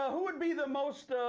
who would be the most.